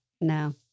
No